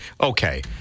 Okay